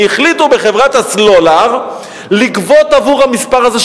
והחליטו בחברת הסלולר לגבות עבור המספר הזה,